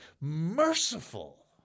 merciful